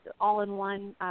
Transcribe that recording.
all-in-one